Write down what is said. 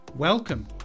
Welcome